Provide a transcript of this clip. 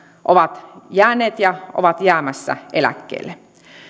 ovat jääneet ja ovat jäämässä eläkkeelle